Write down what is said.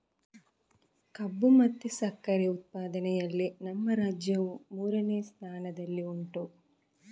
ಕಬ್ಬು ಮತ್ತೆ ಸಕ್ಕರೆ ಉತ್ಪಾದನೆಯಲ್ಲಿ ನಮ್ಮ ರಾಜ್ಯವು ಮೂರನೇ ಸ್ಥಾನದಲ್ಲಿ ಉಂಟು